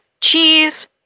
cheese